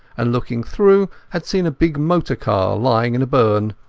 and, looking through, had seen a big motor-car lying in the burn.